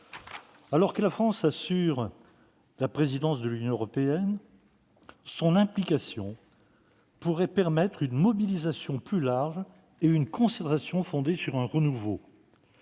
Alors que la France exerce la présidence de l'Union européenne, son implication pourrait favoriser une mobilisation plus large et une concertation fondée sur le renouveau.